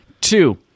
Two